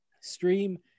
stream